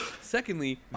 Secondly